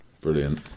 brilliant